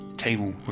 Table